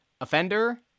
offender